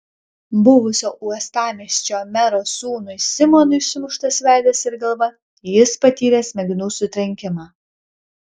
buvusio uostamiesčio mero sūnui simonui sumuštas veidas ir galva jis patyrė smegenų sutrenkimą